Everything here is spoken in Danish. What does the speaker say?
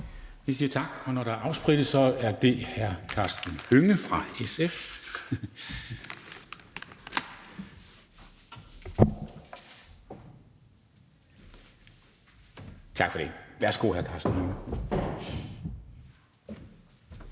Vi siger tak, og når der er sprittet af, er det hr. Karsten Hønge fra SF. Tak for det. Værsgo, hr. Karsten